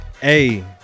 Hey